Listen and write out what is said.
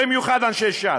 במיוחד אנשי ש"ס?